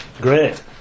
great